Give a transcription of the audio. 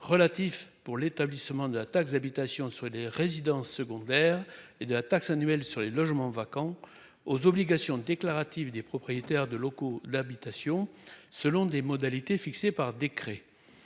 relatif pour l'établissement de la taxe d'habitation sur les résidences secondaires et de la taxe annuelle sur les logements vacants aux obligations déclaratives des propriétaires de locaux d'habitation. Selon des modalités fixées par décret.